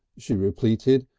she repeated,